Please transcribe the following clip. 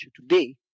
today